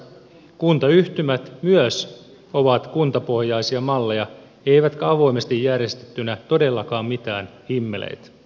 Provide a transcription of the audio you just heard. kuntayhtymät myös ovat kuntapohjaisia malleja eivätkä avoimesti järjestettynä todellakaan mitään himmeleitä